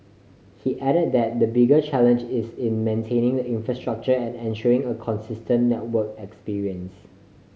he added that the bigger challenge is in maintaining the infrastructure and ensuring a consistent network experience